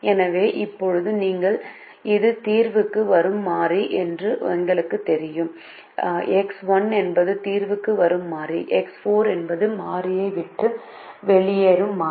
எனவே இப்போது இது தீர்வுக்கு வரும் மாறி என்று எங்களுக்குத் தெரியும் எக்ஸ் 1 என்பது தீர்வுக்கு வரும் மாறி எக்ஸ் 4 என்பது மாறியை விட்டு வெளியேறும் மாறி